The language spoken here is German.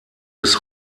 bis